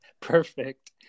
Perfect